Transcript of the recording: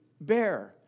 bear